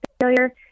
failure